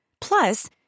Plus